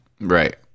right